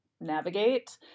navigate